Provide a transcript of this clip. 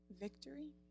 Victory